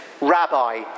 Rabbi